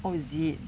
oh is it